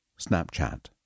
Snapchat